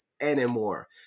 anymore